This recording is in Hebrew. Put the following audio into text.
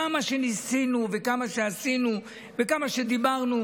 כמה שניסינו וכמה שעשינו וכמה שדיברנו,